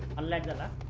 and let and